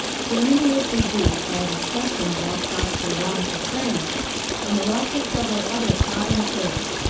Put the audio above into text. germany was reduced by the cession of alsace-lorraine to france and the loss of several other provinces.